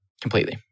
Completely